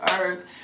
earth